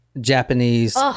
Japanese